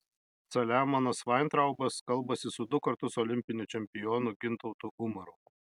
saliamonas vaintraubas kalbasi su du kartus olimpiniu čempionu gintautu umaru